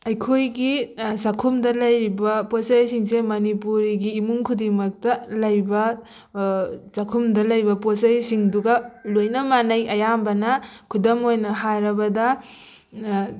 ꯑꯩꯈꯣꯏꯒꯤ ꯆꯥꯛꯈꯨꯝꯗ ꯂꯩꯔꯤꯕ ꯄꯣꯠꯆꯩꯁꯤꯡꯁꯦ ꯃꯅꯤꯄꯨꯔꯤꯒꯤ ꯏꯃꯨꯡ ꯈꯨꯗꯤꯡꯃꯛꯇ ꯂꯩꯕ ꯆꯥꯛꯈꯨꯝꯗ ꯂꯩꯕ ꯄꯣꯠꯆꯩꯁꯤꯡꯗꯨꯒ ꯂꯣꯏꯅ ꯃꯥꯟꯅꯩ ꯑꯌꯥꯝꯕꯅ ꯈꯨꯗꯝ ꯑꯣꯏꯅ ꯍꯥꯏꯔꯕꯗ